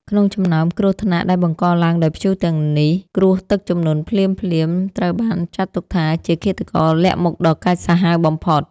ក្នុងចំណោមគ្រោះថ្នាក់ដែលបង្កឡើងដោយព្យុះទាំងនេះ គ្រោះទឹកជំនន់ភ្លាមៗ ត្រូវបានចាត់ទុកថាជាឃាតករលាក់មុខដ៏កាចសាហាវបំផុត។